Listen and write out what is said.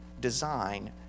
design